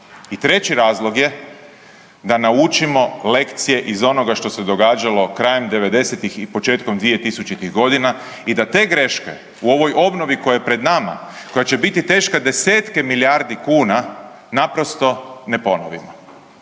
treći razlog je da naučimo lekcije iz onoga što se događalo krajem devedesetih i početkom dvije tisućitih godina i da te greške u ovoj obnovi koja je pred nama koja će biti teška desetke milijardi kuna naprosto ne ponovimo.